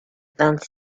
vingt